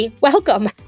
welcome